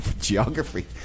geography